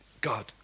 God